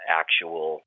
actual